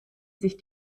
sich